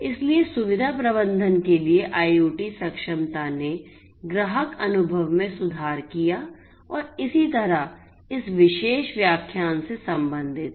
इसलिए सुविधा प्रबंधन के लिए IoT सक्षमता ने ग्राहक अनुभव में सुधार किया और इसी तरह इस विशेष व्याख्यान से संबंधित है